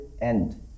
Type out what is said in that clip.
end